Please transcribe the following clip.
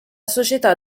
società